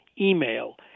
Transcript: email